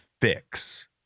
fix